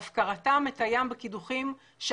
ההפקרה של משרד האנרגיה את הים בקידוחים היא שערורייתית.